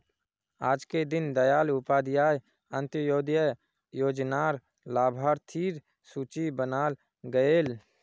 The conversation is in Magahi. आजके दीन दयाल उपाध्याय अंत्योदय योजना र लाभार्थिर सूची बनाल गयेल